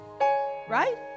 Right